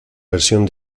versión